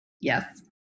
Yes